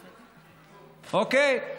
אוקיי?